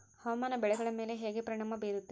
ಹವಾಮಾನ ಬೆಳೆಗಳ ಮೇಲೆ ಹೇಗೆ ಪರಿಣಾಮ ಬೇರುತ್ತೆ?